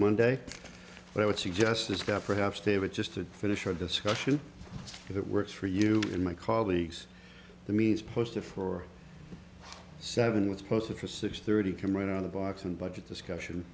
monday but i would suggest this guy perhaps david just to finish our discussion if it works for you and my colleagues the means poster for seven was closer to six thirty km right on the box and budget discussion